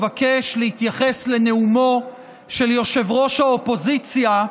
אבקש להתייחס לנאומו של ראש האופוזיציה,